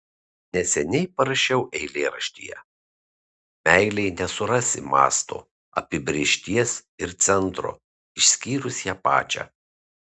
neseniai parašiau eilėraštyje meilei nesurasi masto apibrėžties ir centro išskyrus ją pačią